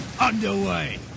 underway